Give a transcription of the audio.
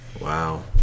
Wow